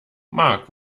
marc